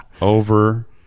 Over